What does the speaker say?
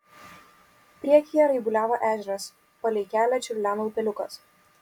priekyje raibuliavo ežeras palei kelią čiurleno upeliukas